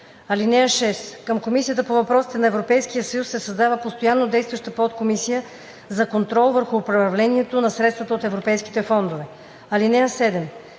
климат. (6) Към Комисията по въпросите на Европейския съюз се създава постоянно действаща подкомисия за контрол върху управлението на средствата от европейските фондове. (7)